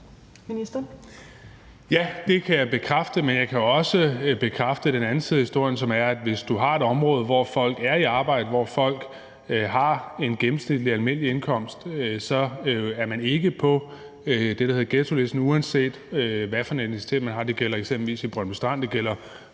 Ja, det kan jeg bekræfte, men jeg kan også bekræfte den anden side af historien, som er, at hvis du har et område, hvor folk er i arbejde, hvor folk har en gennemsnitlig almindelig indkomst, så er man ikke på det, der hedder ghettolisten, uanset hvilken etnicitet man har. Det gælder eksempelvis i Brøndby Strand,